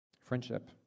friendship